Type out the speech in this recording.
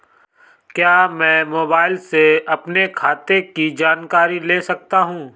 क्या मैं मोबाइल से अपने खाते की जानकारी ले सकता हूँ?